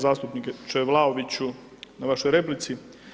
zastupniče Vlaoviću na vašoj replici.